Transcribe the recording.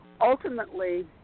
ultimately